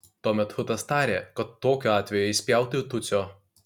tuomet hutas tarė kad tokiu atveju eis pjauti tutsio